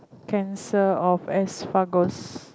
cancer of esophagus